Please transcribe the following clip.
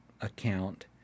account